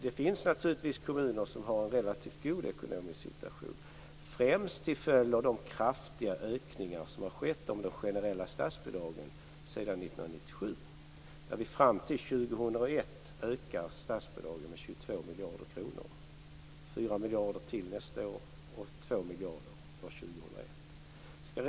Det finns naturligtvis kommuner som har en relativt god ekonomisk situation, främst till följd av de kraftiga ökningar som skett av de generella statsbidragen sedan 1997. Fram till 2001 ökar vi statsbidragen med 22 miljarder kronor - 4 miljarder till nästa år och 2 miljarder år 2001.